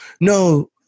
no